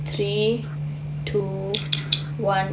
three two one